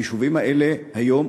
היישובים האלה היום,